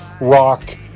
rock